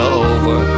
over